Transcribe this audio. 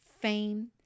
fame